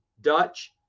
dutch